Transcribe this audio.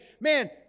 man